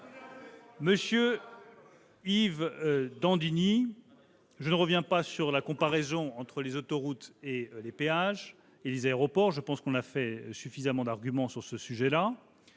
Monsieur Yves Daudigny, je ne reviens pas sur la comparaison entre les autoroutes et leurs péages et les aéroports, j'ai déjà fait valoir suffisamment d'arguments à ce sujet.